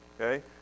okay